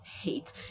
Hate